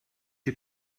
you